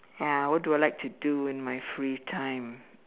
ya what do I like to do in my free time